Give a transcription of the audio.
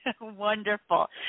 Wonderful